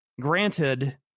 Granted